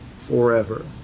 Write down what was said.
forever